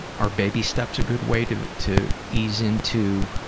are baby steps a good way to to ease into